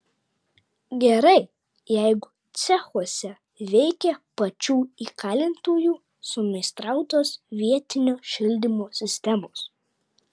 gerai jeigu cechuose veikia pačių įkalintųjų sumeistrautos vietinio šildymo sistemos